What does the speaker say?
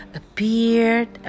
appeared